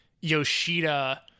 Yoshida